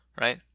right